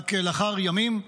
רק לאחר ימים,